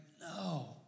no